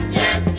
yes